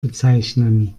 bezeichnen